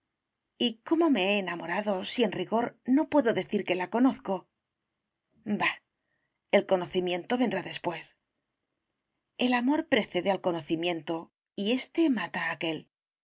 y cómo me he enamorado si en rigor no puedo decir que la conozco bah el conocimiento vendrá después el amor precede al conocimiento y éste mata a aquél